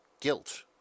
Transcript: guilt